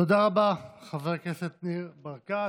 תודה רבה, חבר הכנסת ניר ברקת.